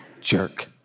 jerk